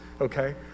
okay